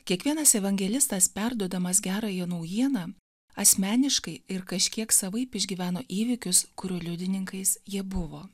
kiekvienas evangelistas perduodamas gerąją naujieną asmeniškai ir kažkiek savaip išgyveno įvykius kurių liudininkais jie buvo